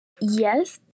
yes